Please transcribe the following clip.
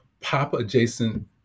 pop-adjacent